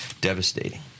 devastating